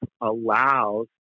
allows